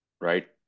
right